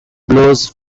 blows